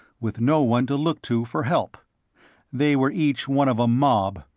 with no one to look to for help they were each one of a mob,